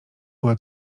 była